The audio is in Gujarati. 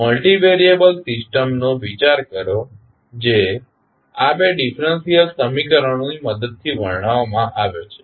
મલ્ટિવેરિયેબલ સિસ્ટમ નો વિચાર કરો જે આ બે ડીફરન્સીયલ સમીકરણો ની મદદથી વર્ણવવામાં આવે છે